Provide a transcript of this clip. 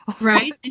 Right